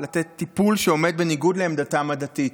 לתת טיפול שעומד בניגוד לעמדתם הדתית.